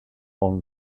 own